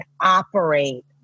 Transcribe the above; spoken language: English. operate